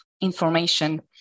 information